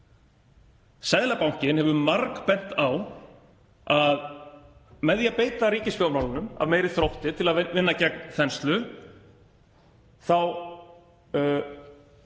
Seðlabankinn hefur margbent á að með því að beita ríkisfjármálunum af meiri þrótti til að vinna gegn þenslu þá